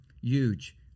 Huge